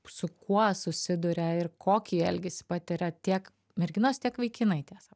su kuo susiduria ir kokį elgesį patiria tiek merginos tiek vaikinai tiesa